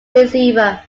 receiver